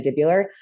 mandibular